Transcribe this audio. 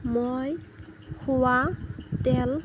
মই খোৱা তেল